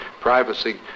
privacy